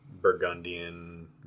Burgundian